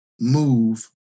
move